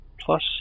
plus